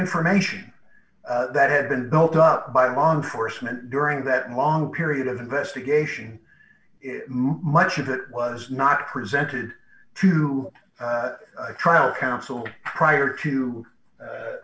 information that had been built up by law enforcement during that long period of investigation much of it was not presented to trial counsel prior to